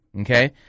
Okay